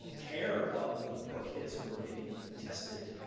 care about the poor kids who are getting tested